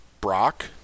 Brock